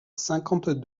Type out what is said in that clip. cinquante